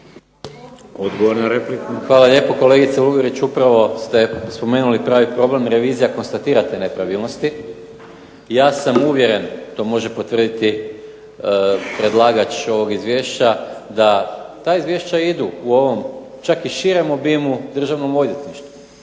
Gordan (SDP)** Hvala lijepo. Kolegice Lugarić, upravo ste spomenuli pravi problem revizija, konstatirate nepravilnosti. Ja sam uvjeren, to može potvrditi predlagač ovog izvješća, da ta izvješća idu u ovom čak i širem obimu, Državnom odvjetništvu.